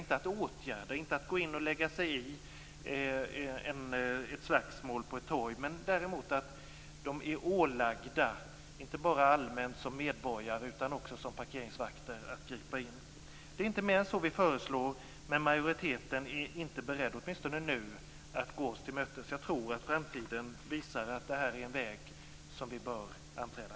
De skall inte åtgärda, inte lägga sig i ett slagsmål på ett torg. Däremot skall de vara ålagda, inte bara allmänt som medborgare utan som parkeringsvakter, att gripa in. Det är inte mer än så vi föreslår. Men majoriteten är åtminstone inte nu beredd att gå oss till mötes. Jag tror att framtiden visar att det här är en väg som vi bör anträda.